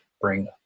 bring